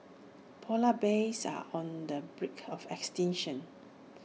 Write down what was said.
Polar Bears are on the brink of extinction